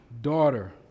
daughter